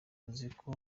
uziko